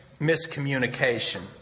miscommunication